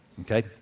Okay